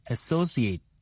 Associate